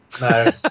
No